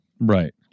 Right